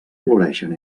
floreixen